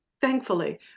Thankfully